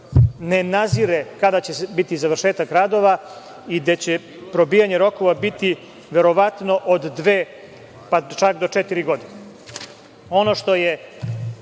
ne nazire kada će biti završetak radova i da će probijanje rokova biti verovatno od dve pa čak do četiri godine. Ono što je